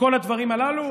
כל הדברים הללו.